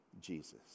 Jesus